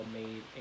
made